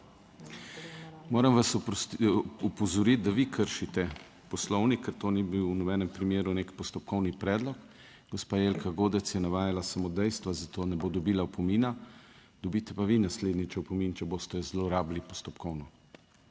Moram vas opozoriti, da vi kršite poslovnik, ker to ni bil v nobenem primeru nek postopkovni predlog. Gospa Jelka Godec je navajala samo dejstva, za to ne bo dobila opomina, dobite pa vi naslednjič opomin, če boste zlorabili postopkovno.